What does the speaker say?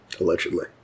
Allegedly